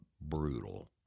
brutal